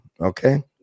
Okay